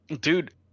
dude